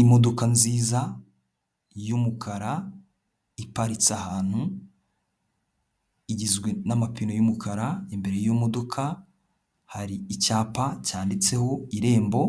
Imodoka nziza y'umukara iparitse ahantu igizwe n'amapine y'umukara. Imbere y'imodoka hari icyapa cyanditseho irembo